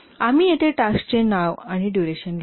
आम्ही येथे टास्क चे नाव आणि डुरेशन लिहितो